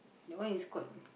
that one is called